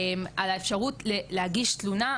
על האפשרות להגיש תלונה,